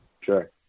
sure